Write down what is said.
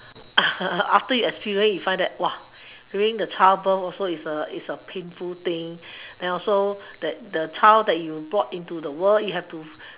after you experience it you find that during the childbirth is also a is a painful thing then also the child that you brought into the world you have to